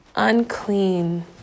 Unclean